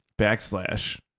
Backslash